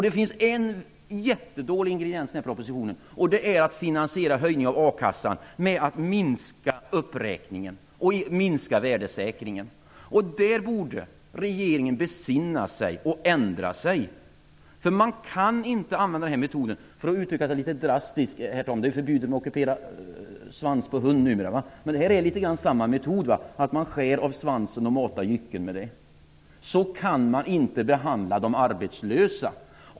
Det finns en jättedålig ingrediens i propositionen, och det är finansieringen av a-kassan med minskad uppräkning och minskad värdesäkring. Här borde regeringen besinna sig och ändra sig, för man kan inte använda den här metoden. För att utrycka det litet drastiskt, herr talman, är det numera förbjudet att kupera svansar på hundar, men detta är litet grand samma metod. Man skär av svansen och matar jycken med den. Så kan man inte behandla de arbetslösa.